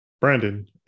Brandon